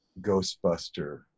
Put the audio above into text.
ghostbuster